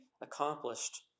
accomplished